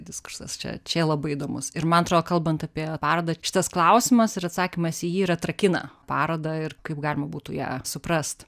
diskursas čia čia labai įdomus ir man atrodo kalbant apie parodą šitas klausimas ir atsakymas į jį ir atrakina parodą ir kaip galima būtų ją suprast